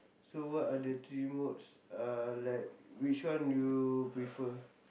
so what are the three modes uh like which one your prefer